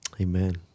Amen